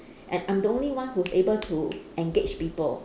and I'm the only one who's able to engage people